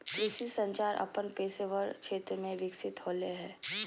कृषि संचार अपन पेशेवर क्षेत्र में विकसित होले हें